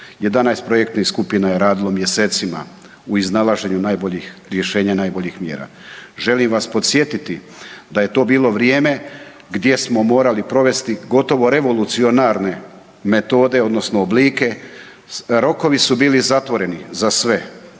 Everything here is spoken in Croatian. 11 projektnih skupina je radilo mjesecima u iznalaženju najboljih rješenja, najboljih mjera. Želim vas podsjetiti da je to bilo vrijeme gdje smo morali provesti gotovo revolucionarne metode odnosno oblike, rokovi su bili zatvoreni za sve,